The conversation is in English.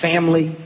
Family